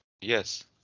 yes